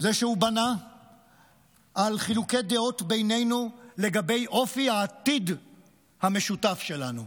שהוא בנה על חילוקי הדעת בינינו לגבי אופי העתיד המשותף שלנו,